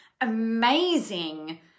amazing